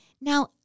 Now